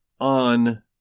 on